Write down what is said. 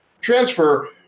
transfer